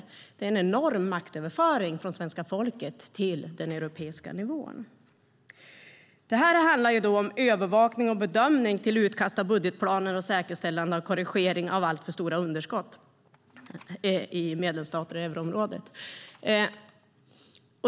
Det är en enorm maktöverföring från svenska folket till den europeiska nivån. Det handlar om övervakning och bedömning av utkast till budgetplaner och säkerställande av korrigering av alltför stora underskott i medlemsstater i euroområdet.